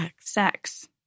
Sex